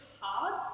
hard